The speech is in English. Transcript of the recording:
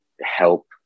help